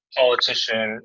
politician